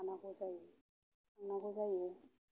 थानांगौ जायो थांनांगौ जायो